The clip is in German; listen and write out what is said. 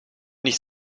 nicht